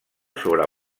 sobre